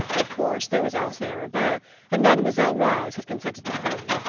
of course, there was alcee arobin and mademoiselle reisz had consented to come.